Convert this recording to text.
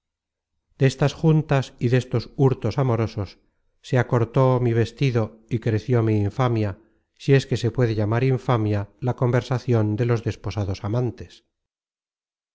at destas juntas y destos hurtos amorosos se acortó mi vestido y creció mi infamia si es que se puede llamar infamia la conversacion de los desposados amantes